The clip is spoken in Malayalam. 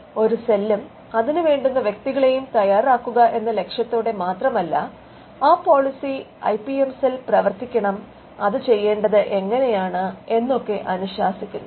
ഒരു സെല്ലും അതിനു വേണ്ടുന്ന വ്യക്തികളെയും തയാറാക്കുക എന്ന ലക്ഷ്യത്തോടെ മാത്രമല്ല ആ പോളിസി എങ്ങെനെ ഐ പി എം സെൽ പ്രവർത്തിക്കണം അത് ചെയ്യണ്ടത് എങ്ങെനയാണ് എന്നൊക്കെ അനുശാസിക്കുന്നു